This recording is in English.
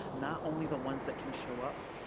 not only the ones that can show up?